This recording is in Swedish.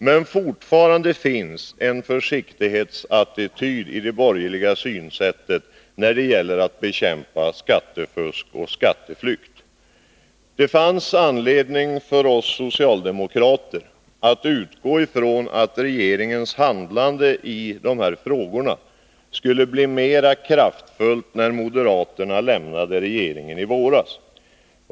Men fortfarande finns en försiktighet i det borgerliga synsättet när det gäller att bekämpa skattefusk och skatteflykt. Det fanns anledning för oss socialdemokrater att utgå ifrån att regeringens handlande i dessa frågor skulle bli mera kraftfullt när moderaterna lämnade regeringen i våras.